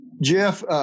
Jeff